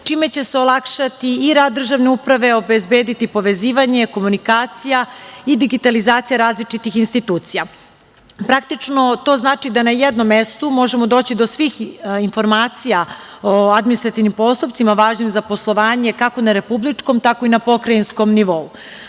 čime će se olakšati i rad državne uprave, obezbediti povezivanje, komunikacija i digitalizacija različitih institucija. Praktično, to znači da na jednom mestu možemo doći do svih informacija o administrativnim postupcima važnim za poslovanje, kako na republičkom, tako i na pokrajinskom nivou.